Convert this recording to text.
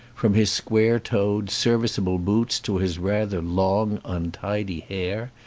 from his square-toed, serviceable boots to his rather long, untidy hair.